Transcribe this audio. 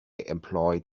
employed